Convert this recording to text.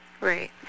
Right